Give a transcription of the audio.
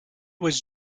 was